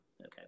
okay